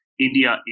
India